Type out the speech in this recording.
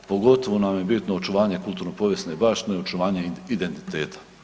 Pogotovo nam je bitno očuvanje kulturno-povijesne baštine i očuvanje identiteta.